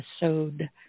episode